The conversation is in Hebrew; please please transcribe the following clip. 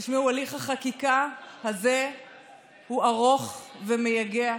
תשמעו, הליך החקיקה הזה הוא ארוך ומייגע,